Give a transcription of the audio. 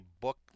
book